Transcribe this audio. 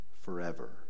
forever